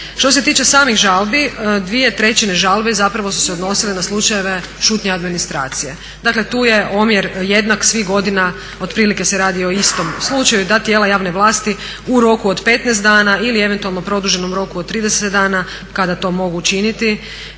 Što se tiče samih žalbi, 2/3 žalbi zapravo su se odnosile na slučajeve šutnje administracije. Dakle tu je omjer jednak svih godina otprilike se radi o istom slučaju, da tijela javne vlasti u roku od 15 dana ili eventualno produženom roku od 30 dana kada to mogu učiniti